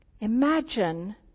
Imagine